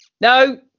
No